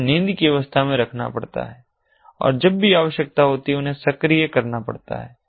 उन्हें नींद की अवस्था में रखना पड़ता है और जब भी आवश्यकता होती है उन्हें सक्रिय करना पड़ता है